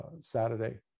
Saturday